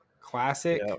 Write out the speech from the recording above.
Classic